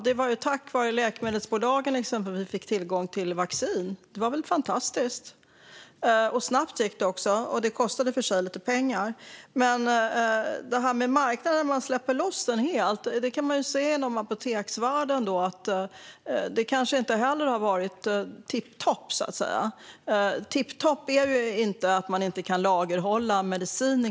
Det var exempelvis tack vare läkemedelsbolagen som vi fick tillgång till vaccin. Det var ju fantastiskt! Snabbt gick det också. Det kostade i och för sig lite pengar. Men att släppa loss marknaden helt har kanske inte heller varit tipptopp. Det kan man se inom apoteksvärlden. Det är exempelvis inte tipptopp att man inte kan lagerhålla medicin.